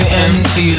empty